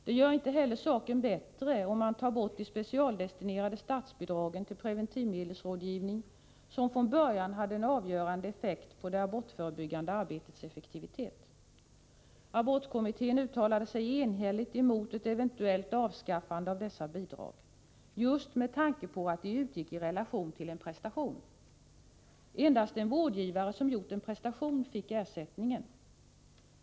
Det gör inte heller saken bättre om man tar bort de specialdestinerade statsbidragen till preventivmedelsrådgivning, som från början hade en avgörande effekt på det abortförebyggande arbetets effektivitet. Abortkommittén uttalade sig enhälligt emot ett eventuellt avskaffande av dessa bidrag, just med tanke på att de utgick i relation till en prestation. Endast en vårdgivare som gjort en prestation fick ersättningen.